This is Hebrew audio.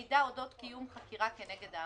כספים, מידע אודות קיום חקירה כנגד העמותה.